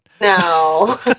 No